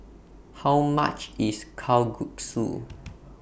How much IS Kalguksu